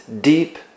deep